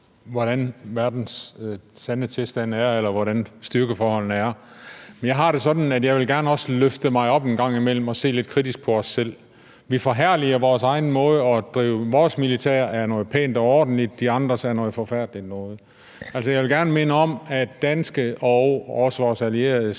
hvordan verdens sande tilstand er, eller hvordan styrkeforholdene er. Men jeg har det sådan, at jeg en gang imellem også gerne vil løfte mig op og se lidt kritisk på os selv. Vi forherliger vores egen måde at drive det på: Vores militær er noget pænt og ordentligt, de andres er noget forfærdeligt noget. Altså, jeg vil gerne minde om, at danske og også vores allieredes